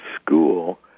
school